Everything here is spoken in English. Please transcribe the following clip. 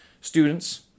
students